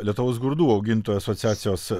lietuvos grūdų augintojų asociacijos